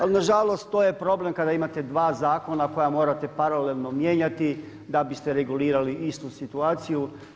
Ali nažalost to je problem kada imate dva zakona koja morate paralelno mijenjati da biste regulirali istu situaciju.